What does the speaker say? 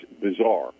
bizarre